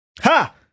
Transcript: Ha